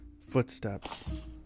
footsteps